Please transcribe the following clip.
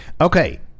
Okay